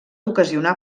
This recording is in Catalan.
ocasionar